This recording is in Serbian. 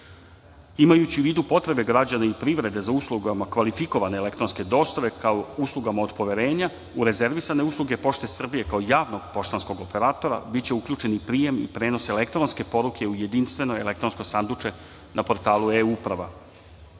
mesta. Imajući u vidu potrebe građana i privrede za uslugama kvalifikovane elektronske dostave kao uslugama od poverenja, u rezervisane usluge Pošte Srbije kao javnog poštanskog operatora, biće uključen i prijem i prenos elektronske poruke u jedinstveno elektronsko sanduče na portalu e-Uprava. Smanjen